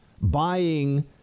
buying